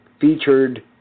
featured